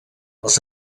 els